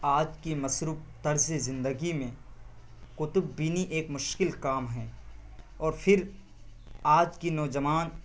آج کی مصروف طرز زندگی میں کتب بینی ایک مشکل کام ہے اور پھر آج کے نوجوان